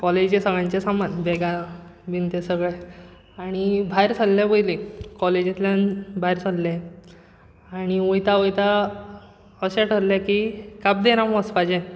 कॉलेजीचें सगळ्यांचे सामान बॅगां बीन तें सगळें आनी भायर सरले पयलीं कॉलेजींतल्यान भायर सरले आनी वयता वयता अशें थारलें की काब दे राम वचपाचें